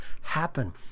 happen